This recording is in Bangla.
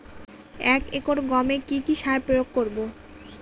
এক একর গমে কি কী সার প্রয়োগ করব?